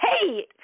hey